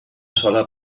sola